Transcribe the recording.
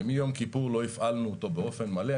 שמיום כיפור לא הפעלנו אותו באופן מלא,